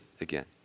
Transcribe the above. again